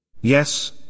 Yes